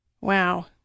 Wow